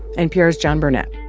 npr's john burnett